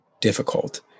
difficult